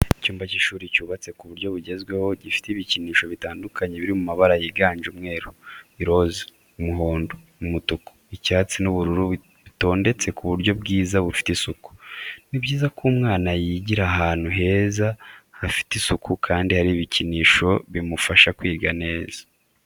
Icyumba cy'ishuri cyubatse mu buryo bugezweho gifite ibikinisho bitandukanye biri mabara yiganjemo umweru, iroza, umuhondo, umutuku, icyatsi n'ubururu bitondetse mu buryo bwiza bufite isuku. Ni byiza ko umwana yigira ahantu heza hafite isuku kandi hari ibikoresho bimufasha kwiga neza.